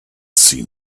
seen